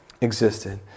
existed